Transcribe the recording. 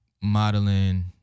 modeling